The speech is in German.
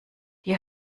die